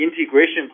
integration